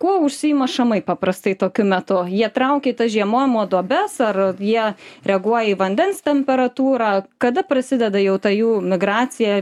o kuo užsiima šamai paprastai tokiu metu jie traukia į tas žiemojimo duobes ar jie reaguoja į vandens temperatūrą kada prasideda jau ta jų migracija